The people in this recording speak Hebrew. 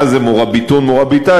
מה זה "מוראביטון" ו"מוראביטאת",